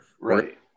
Right